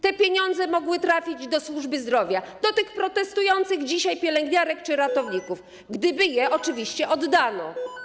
Te pieniądze mogły trafić do służby zdrowia, do tych protestujących dzisiaj pielęgniarek czy ratowników, gdyby je oczywiście oddano.